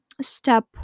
step